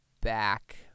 back